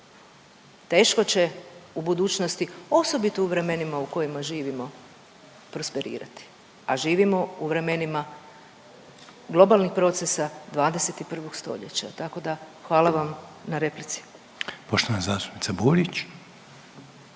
teško će u budućnosti, osobito u vremenima u kojima živimo, prosperirati. A živimo u vremenima globalnim procesa 21. stoljeća, tako da hvala vam na replici. **Reiner, Željko